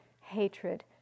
hatred